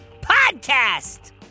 podcast